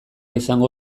izango